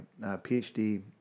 PhD